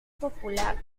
popular